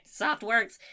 Softworks